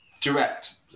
direct